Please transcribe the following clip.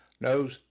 knows